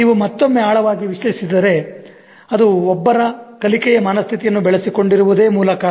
ನೀವು ಮತ್ತೊಮ್ಮೆ ಆಳವಾಗಿ ವಿಶ್ಲೇಷಿಸಿದರೆ ಅದು ಒಬ್ಬರು ಕಲಿಕೆಯ ಮನಸ್ಥಿತಿಯನ್ನು ಬೆಳೆಸಿಕೊಂಡಿರುವುದೇ ಮೂಲ ಕಾರಣ